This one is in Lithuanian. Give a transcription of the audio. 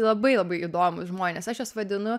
labai labai įdomūs žmonės aš juos vadinu